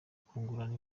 kungurana